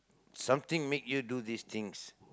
something make you do these things